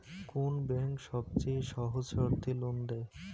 কোন ব্যাংক সবচেয়ে সহজ শর্তে লোন দেয়?